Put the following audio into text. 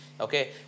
Okay